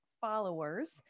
followers